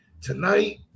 Tonight